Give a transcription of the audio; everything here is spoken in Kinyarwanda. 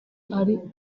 ari